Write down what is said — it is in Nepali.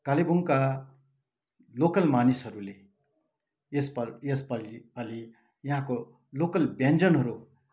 कालेबुङका लोकल मानिसहरूले यसपल् यसपाली यहाँको लोकल व्यञ्जनहरू